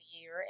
year